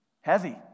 Heavy